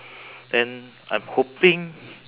then I'm hoping